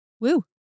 Woo